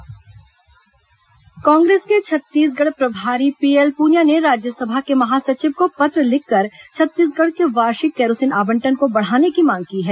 पुनिया केन्द्र पत्र कांग्रेस के छत्तीसगढ़ प्रभारी पीएल पुनिया ने राज्यसभा के महासचिव को पत्र लिखकर छत्तीसगढ़ के वार्षिक कैरोसिन आवंटन को बढ़ाने की मांग की है